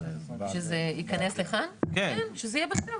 שזה יהיה בכתב.